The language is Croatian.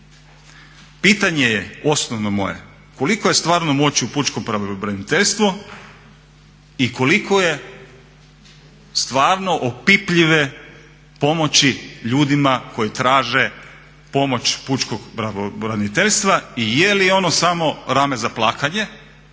Pitanje je osnovno moje, koliko je stvarno moći u pučkom pravobraniteljstvu i koliko je stvarno opipljive pomoći ljudima koji traže pomoć pučkog pravobraniteljstva i jeli ono samo rame za plakanje